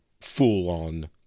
full-on